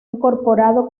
incorporado